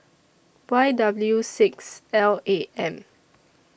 Y W six L A M